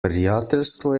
prijateljstvo